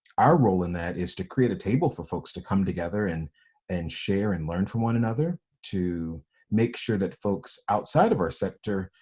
our role in that, is to create a table for folks to come together, and and share and learn from one another, to make sure that folks outside of our sector,